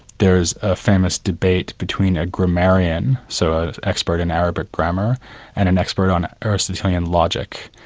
there is a famous debate between a grammarian, so an expert in arabic grammar, and an expert on aristotlean logic,